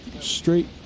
straight